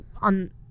on